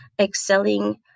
excelling